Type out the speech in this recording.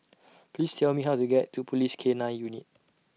Please Tell Me How to get to Police K nine Unit